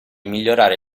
migliorare